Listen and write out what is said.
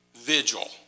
Vigil